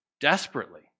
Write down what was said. desperately